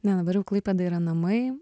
ne dabar jau klaipėda yra namai